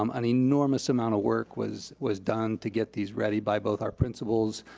um an enormous amount of work was was done to get these ready by both our principals,